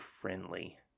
friendly